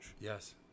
Yes